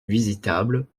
visitable